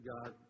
God